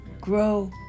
Grow